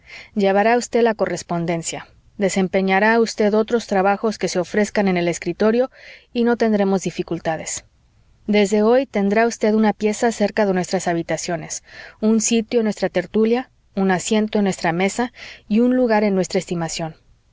llevará usted la correspondencia desempeñará usted otros trabajos que se ofrezcan en el escritorio y no tendremos dificultades desde hoy tendrá usted una pieza cerca de nuestras habitaciones un sitio en nuestra tertulia un asiento en nuestra mesa y un lugar en nuestra estimación